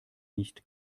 nicht